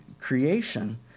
creation